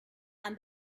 and